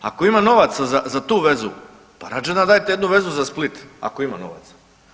Ako ima novaca za, za tu vezu pa rađe onda dajte jednu vezu za Split ako ima novaca.